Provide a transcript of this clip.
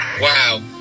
wow